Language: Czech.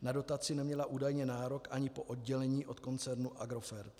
Na dotaci neměla údajně nárok ani po oddělení od koncertu Agrofert.